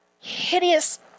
hideous